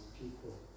people